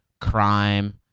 crime